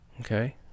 okay